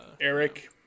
eric